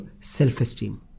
self-esteem